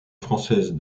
française